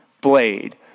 blade